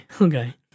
Okay